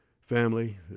family